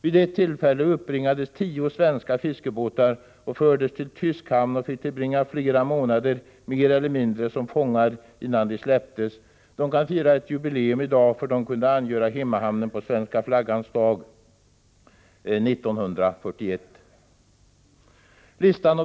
Vid ett tillfälle uppbringades tio svenska fiskebåtar. Besättningsmännen fördes till tysk hamn och fick tillbringa flera månader mer eller mindre som fångar, innan de släpptes. De kan fira ett jubileum i dag: de kunde angöra hemmahamnen på svenska flaggans dag 1941.